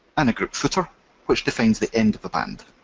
and a group footer which defines the end of the band.